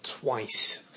twice